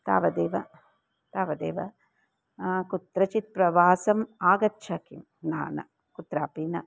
तावदेव तावदेव कुत्रचित् प्रवासम् आगच्छ किं न न कुत्रापि न